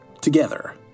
together